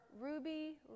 ruby